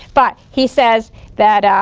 but he says that